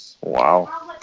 Wow